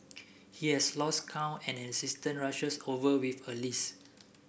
he has lost count and an assistant rushes over with a list